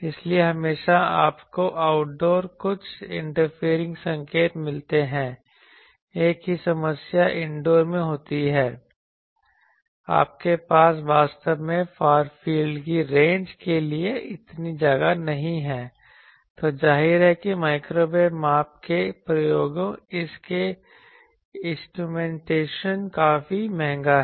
इसलिए हमेशा आपको आउटडोर कुछ इंटरफेयरिंग संकेत मिलते हैं एक ही समस्या इनडोर में होती है आपके पास वास्तव में एक फार फील्ड की रेंज के लिए इतनी जगह नहीं है तो जाहिर है कि माइक्रोवेव माप के प्रयोगों इसके इंस्ट्रूमेंटेशन काफी महंगा है